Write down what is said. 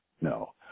no